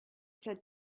said